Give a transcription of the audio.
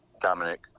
Dominic